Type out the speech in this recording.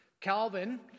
Calvin